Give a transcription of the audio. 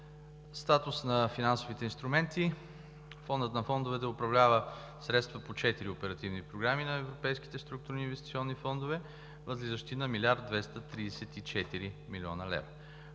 Статус на финансовите инструменти. Фондът на фондовете управлява средства по четири оперативни програми на европейските структурни и инвестиционни фондове, възлизащи на 1 млрд.